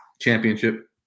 Championship